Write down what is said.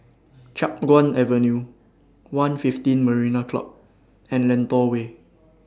Chiap Guan Avenue one fifteen Marina Club and Lentor Way